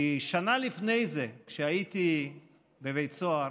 כי שנה לפני זה, כשהייתי בבית סוהר,